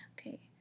Okay